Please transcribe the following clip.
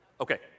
Okay